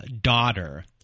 daughter